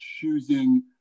choosing